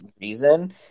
reason